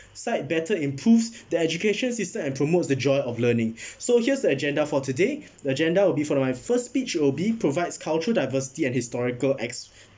side better improves the education system and promotes the joy of learning so here's the agenda for today the agenda will be for my first speech it will be provides cultural diversity and historical acts